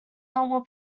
normal